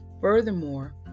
Furthermore